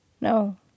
No